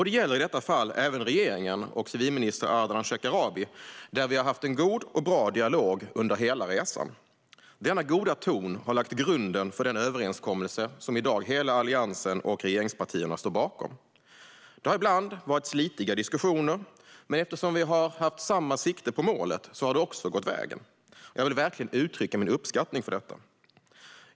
Det gäller i detta fall även regeringen och civilminister Ardalan Shekarabi, som vi har haft en god och bra dialog med under hela resan. Denna goda ton har lagt grunden för den överenskommelse som hela Alliansen och regeringspartierna i dag står bakom. Det har ibland varit slitiga diskussioner, men eftersom vi alla har haft sikte på målet har det också gått vägen. Jag vill verkligen uttrycka min uppskattning för detta.